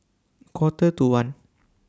Quarter to one